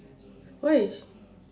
why